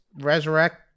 resurrect